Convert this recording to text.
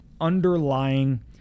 underlying